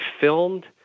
filmed